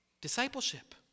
Discipleship